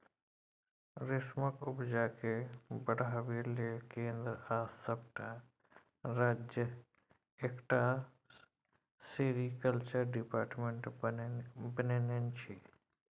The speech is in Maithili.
रेशमक उपजा केँ बढ़ाबै लेल केंद्र आ सबटा राज्य सरकार एकटा सेरीकल्चर डिपार्टमेंट बनेने छै